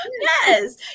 Yes